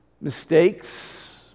Mistakes